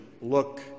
look